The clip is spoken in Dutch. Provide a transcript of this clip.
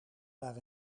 naar